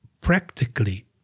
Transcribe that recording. practically